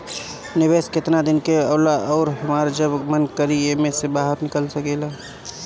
निवेस केतना दिन के होला अउर हमार जब मन करि एमे से बहार निकल सकिला?